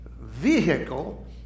vehicle